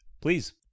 Please